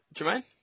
Jermaine